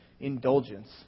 indulgence